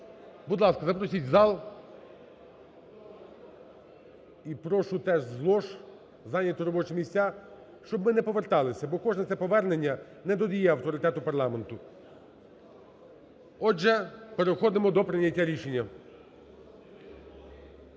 будь ласка, запросіть в зал. І прошу теж з лож зайняти робочі місця. Щоб ми не повертались. Бо кожне це повернення не додає авторитету парламенту. Отже, переходимо до прийняття рішення.